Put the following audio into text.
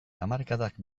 hamarkadak